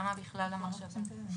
למה בכלל עושים את זה?